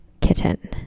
kitten